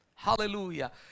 Hallelujah